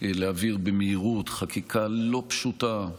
להעביר במהירות חקיקה לא פשוטה,